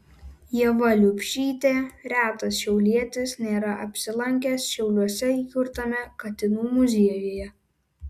ieva liubšytė retas šiaulietis nėra apsilankęs šiauliuose įkurtame katinų muziejuje